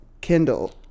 Kindle